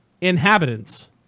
inhabitants